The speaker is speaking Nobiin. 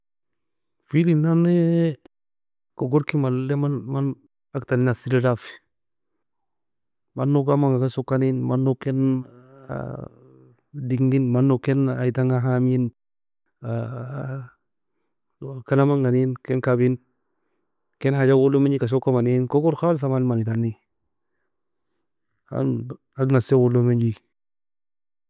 فيل nan ne kogorki malay man man uge tani nassiela dafi manog aman ga soka nien manog ken deingin manog kin ayie tanga hamien. Kin amanga neein ken kabin kin حاجة اول log soka manien kogor خالص man mani tani age nassie اول log menji.